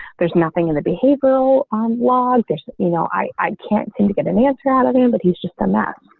there's nothing in the behavioral on log you know i i can't seem to get an answer out of him, but he's just done that.